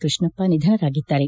ಕೃಷ್ಣಪ್ಪ ನಿಧನರಾಗಿದ್ದಾರೆ